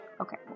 Okay